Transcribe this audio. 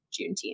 juneteenth